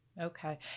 Okay